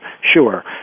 sure